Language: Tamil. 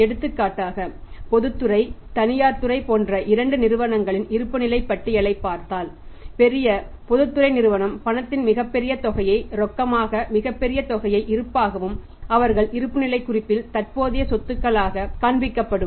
எடுத்துக்காட்டாக பொதுத்துறை தனியார் துறை போன்ற இரண்டு நிறுவனங்களின் இருப்புநிலை பட்டியலைப் பார்த்தால் பெரிய பொதுத்துறை நிறுவனம் பணத்தின் மிகப்பெரிய தொகையை ரொக்கமாகக் மிகப்பெரிய தொகையை இருப்பாகவும் அவர்கள் இருப்புநிலைக் குறிப்பில் தற்போதைய சொத்துக்களாக காண்பிக்கப்படும்